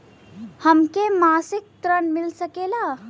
हमके मासिक ऋण मिल सकेला?